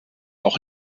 auch